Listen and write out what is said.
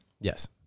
Yes